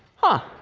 huh?